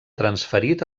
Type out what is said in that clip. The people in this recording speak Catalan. transferit